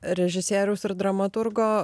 režisieriaus ir dramaturgo